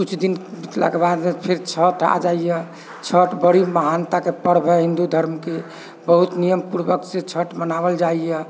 किछु दिन बितलाके बाद फेर छठ आ जाइए छठ बड़ी महानताके पर्व हय हिन्दू धर्मके बहुत नियमपूर्वकसँ छठ मनाओल जाइए